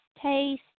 taste